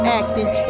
acting